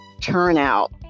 turnout